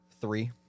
three